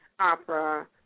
opera